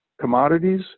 commodities